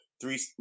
three